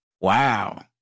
Wow